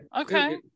okay